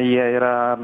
jie yra